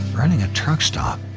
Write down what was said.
running a truck stop.